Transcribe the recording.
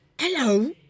hello